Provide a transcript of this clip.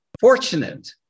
fortunate